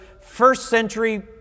first-century